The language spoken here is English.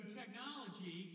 technology